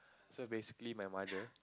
so basically my mother